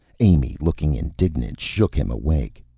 amy, looking indignant, shook him awake.